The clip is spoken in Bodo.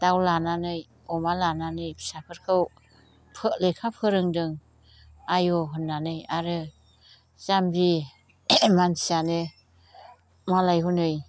दाउ लानानै अमा लानानै फिसाफोरखौ लेखा फोरोंदों आय' होननानै आरो जाम्बि मानसियानो मालाय हनै